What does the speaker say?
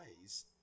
ways